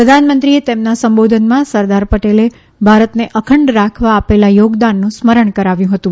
પ્રધાનમંત્રીએ તેમના સંબોધનમાં સરદાર પટેલે ભારતને અખંડ રાખવા આપેલા યોગદાનનું સ્મરણ કરાવ્યું હતું